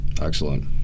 Excellent